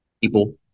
people